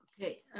Okay